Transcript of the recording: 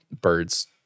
birds